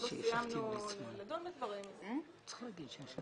עוד לא סיימנו לדון בדברים אבל נתקדם.